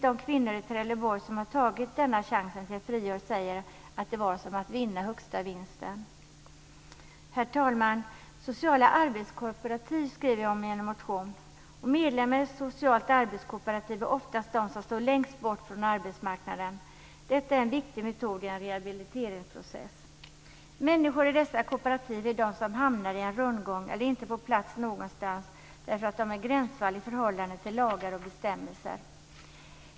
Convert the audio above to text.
De kvinnor i Trelleborg som har tagit denna chans till ett friår säger att det var som att vinna högsta vinsten. Sociala arbetskooperativ skriver jag om i en motion. Medlemmar i ett socialt arbetskooperativ är oftast de som står längst bort från arbetsmarknaden. Detta är en viktig metod i en rehabiliteringsprocess. Människor i dessa kooperativ är de som hamnar i en rundgång eller inte får plats någonstans därför att de är gränsfall i förhållande till lagar och bestämmelser.